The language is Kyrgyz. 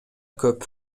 көп